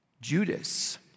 Judas